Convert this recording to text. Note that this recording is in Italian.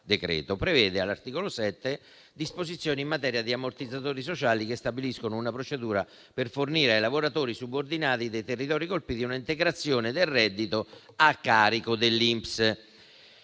prevede, all'articolo 7, disposizioni in materia di ammortizzatori sociali che stabiliscono una procedura per fornire ai lavoratori subordinati dei territori colpiti una integrazione del reddito a carico dell'INPS.